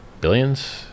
Billions